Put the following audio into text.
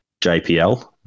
JPL